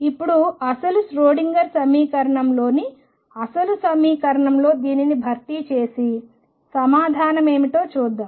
ఇప్పుడు అసలు ష్రోడింగర్ సమీకరణంలోని అసలు సమీకరణంలో దీనిని భర్తీ చేసి సమాధానం ఏమిటో చూద్దాం